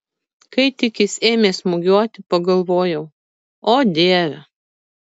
kai tik jis ėmė smūgiuoti pagalvojau o dieve